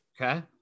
Okay